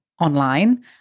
online